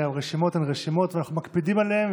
שהרשימות הן רשימות ואנחנו מקפידים עליהן,